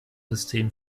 system